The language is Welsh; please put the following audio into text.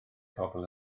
pobl